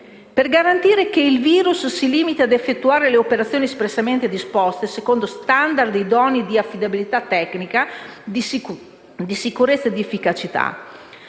per garantire che il *virus* si limiti ad effettuare le operazioni espressamente disposte secondo *standard* idonei di affidabilità tecnica, di sicurezza e di efficacia.